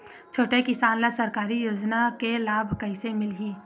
छोटे किसान ला सरकारी योजना के लाभ कइसे मिलही?